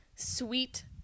sweet